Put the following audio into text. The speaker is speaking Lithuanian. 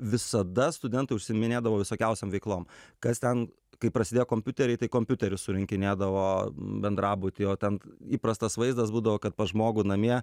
visada studentai užsiiminėdavo visokiausiom veiklom kas ten kai prasidėjo kompiuteriai tai kompiuterius surinkinėdavo bendrabuty o ten įprastas vaizdas būdavo kad pas žmogų namie